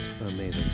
amazing